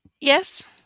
Yes